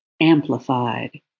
Amplified